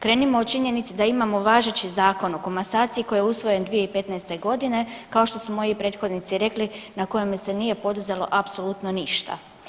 Krenimo od činjenice da imamo važeći Zakon o komasaciji koji je usvojen 2015. godine, kao što su i moji prethodnici rekli na kojeme se nije poduzelo apsolutno ništa.